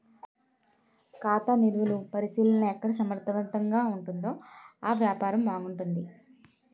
ఖాతా నిలువలు పరిశీలన ఎక్కడ సమర్థవంతంగా ఉంటుందో ఆ వ్యాపారం బాగుంటుంది